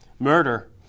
Murder